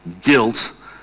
guilt